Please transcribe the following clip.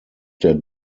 der